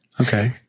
Okay